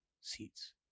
seats